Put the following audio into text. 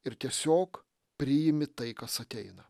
ir tiesiog priimi tai kas ateina